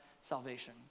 salvation